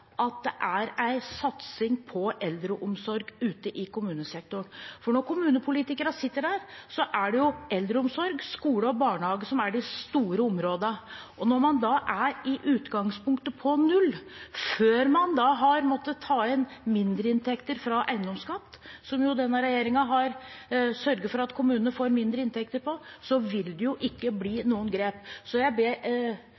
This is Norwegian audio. at det er en satsing på eldreomsorg ute i kommunesektoren. For kommunepolitikerne er det eldreomsorg, skole og barnehage som er de store områdene. Når man da i utgangspunktet er på null, før man har måttet ta inn mindreinntekter fra eiendomsskatt – som denne regjeringen har sørget for at kommunene får mindre inntekter fra – vil det jo ikke bli